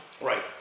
Right